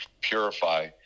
purify